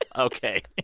ah ok.